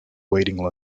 waiting